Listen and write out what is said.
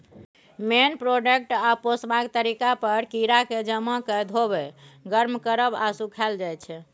मेन product आ पोसबाक तरीका पर कीराकेँ जमा कए धोएब, गर्म करब आ सुखाएल जाइ छै